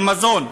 של מזון.